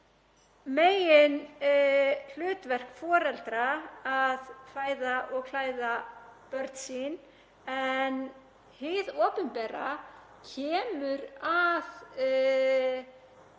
meginhlutverk foreldra að fæða og klæða börn sín en hið opinbera kemur að